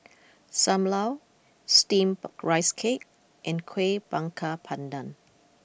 Sam Lau Steamed Rice Cake and Kueh Bakar Pandan